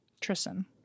Tristan